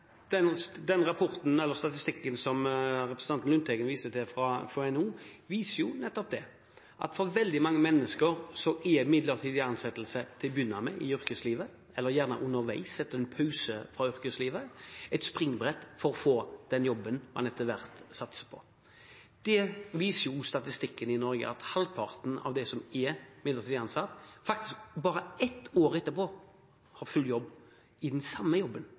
prosenten? Den rapporten – eller statistikken – som representanten Lundteigen viste til, fra NHO, viser jo nettopp at for veldig mange mennesker er midlertidig ansettelse til å begynne med i yrkeslivet – eller gjerne underveis, etter en pause fra yrkeslivet – et springbrett til å få den jobben man etter hvert satser på. Statistikk i Norge viser at halvparten av dem som er midlertidig ansatte, bare ett år etterpå er i full jobb – i den samme jobben